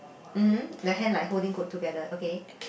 mmhmm the hand like holding together okay